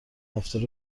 رفتار